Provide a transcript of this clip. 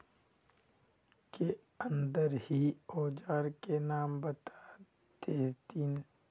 के अंदर ही औजार के नाम बता देतहिन?